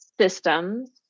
systems